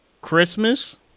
Christmas